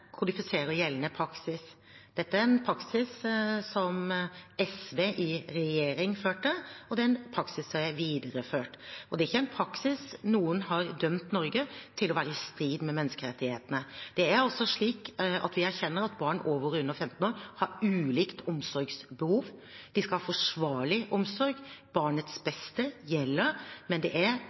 gjeldende praksis. Det er en praksis som SV i regjering førte, og det er en praksis som er videreført. Det er ikke en praksis noen har dømt Norge for å ha i strid med menneskerettighetene. Vi erkjenner at barn over og under 15 år har ulike omsorgsbehov. De skal ha forsvarlig omsorg, barnets beste gjelder, men det er